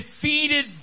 defeated